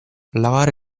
lavare